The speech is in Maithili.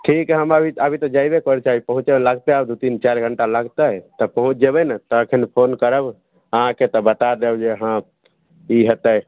ठीक हइ हम अभी अभी तऽ जेबे करै छी अभी पहुँचैमे लागतै आब दुइ तीन चारि घण्टा लागतै तऽ पहुँच जेबै ने तखन फोन करब अहाँके तऽ बता देब जे हँ कि हेतै